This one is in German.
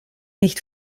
nicht